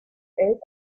elf